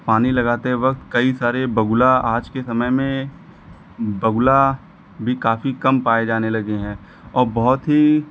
पानी लगाते वक्त कई सारे बगुला आज के समय में बगुला भी काफी कम पाए जाने लगे हैं और बहुत ही